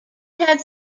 had